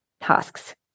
tasks